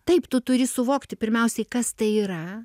taip tu turi suvokti pirmiausiai kas tai yra